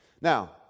Now